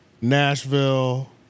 Nashville